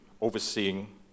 overseeing